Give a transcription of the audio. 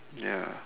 ya